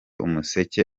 umuseke